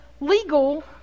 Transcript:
legal